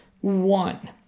one